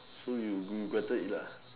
so you you regretted it lah